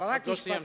עוד לא סיימת.